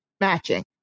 matching